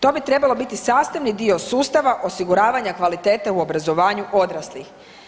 To bi trebalo biti sastavni dio sustava osiguravanja kvalitete u obrazovanju odraslih.